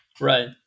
Right